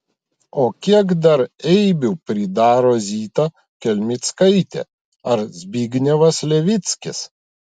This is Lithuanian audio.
o kiek dar eibių pridaro zita kelmickaitė ar zbignevas levickis